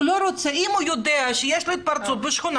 אם הוא יודע שיש לו התפרצות בשכונה,